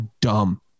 dumb